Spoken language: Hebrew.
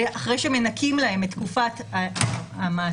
אחרי שמנקים להם את תקופת המעצר,